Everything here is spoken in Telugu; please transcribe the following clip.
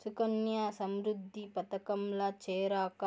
సుకన్యా సమృద్ధి పదకంల చేరాక